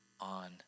on